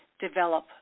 develop